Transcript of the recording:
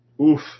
Oof